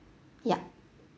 ya